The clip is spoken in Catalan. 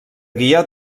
guia